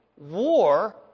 war